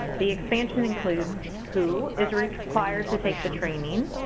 the expansion includes who is required to take the training,